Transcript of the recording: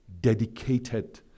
dedicated